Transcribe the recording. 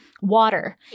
water